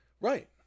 Right